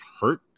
hurt